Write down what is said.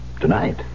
Tonight